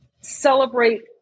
celebrate